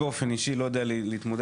באופן אישי לא יודע להתמודד,